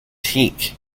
teak